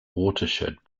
watershed